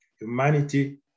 Humanity